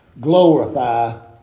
Glorify